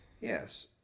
Yes